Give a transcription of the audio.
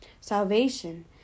salvation